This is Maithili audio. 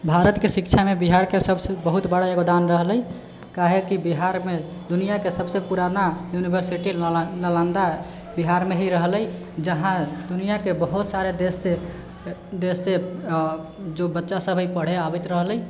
भारतके शिक्षामे बिहारके सबसे बहुत बड़ा योगदान रहलै काहेकि बिहारमे दुनिआके सबसे पुराना यूनिवर्सिटी नालन्दा बिहारमे ही रहलै जहाँ दुनिआँके बहुत सारा देश से देश से जो बच्चा सब है पढ़य आबैत रहलै